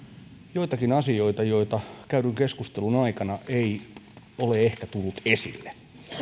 joitakin asioita joita käydyn keskustelun aikana ei ole ehkä tullut esille